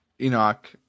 Enoch